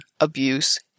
abuse